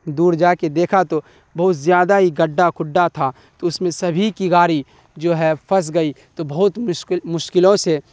دور جا کے دیکھا تو بہت زیادہ ہی گڈھا کڈھا تھا تو اس میں سبھی کی گاڑی جو ہے پھنس گئی تو بہت مشکلوں سے